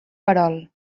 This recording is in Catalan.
perol